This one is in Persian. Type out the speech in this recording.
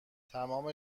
تمام